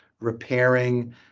repairing